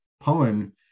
poem